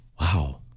wow